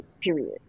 period